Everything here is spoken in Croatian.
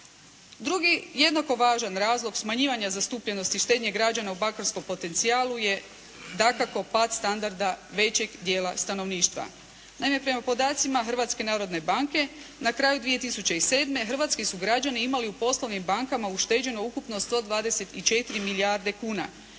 Drugi jednako važan razlog smanjivanja zastupljenosti štednje građana u bankarskom potencijalu je dakako pad standarda većeg dijela stanovništva. Naime, prema podacima Hrvatske narodne banke na kraju 2007. hrvatski su građani imali u poslovnim bankama ušteđeno ukupno 124 milijarde kuna.